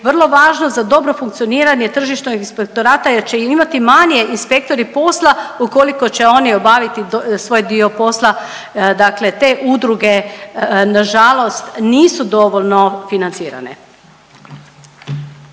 vrlo važno za dobro funkcioniranje tržišnog inspektorata, jer će imati manje inspektori posla ukoliko će oni obaviti svoj dio posla. Dakle te udruge na žalost nisu dovoljno financirane.